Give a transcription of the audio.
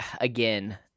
again